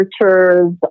researchers